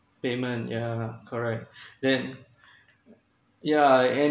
payment yeah correct then yeah and